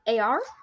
AR